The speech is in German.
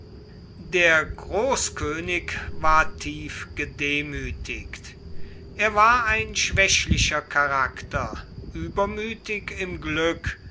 der großkönig war tief gedemütigt er war ein schwächlicher charakter übermütig im glück